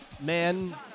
man